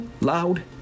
loud